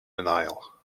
denial